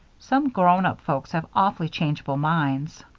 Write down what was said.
some grown-up folks have awfully changeable minds.